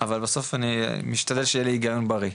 אבל בסוף אני משתדל שיהיה לי הגיון בריא.